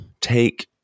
take